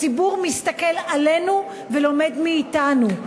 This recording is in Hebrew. הציבור מסתכל עלינו ולומד מאתנו.